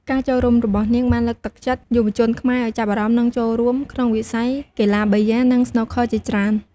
ការចូលរួមរបស់នាងបានលើកទឹកចិត្តយុវជនខ្មែរឱ្យចាប់អារម្មណ៍ និងចូលរួមក្នុងវិស័យកីឡាប៊ីយ៉ា និងស្នូកឃ័រជាច្រើន។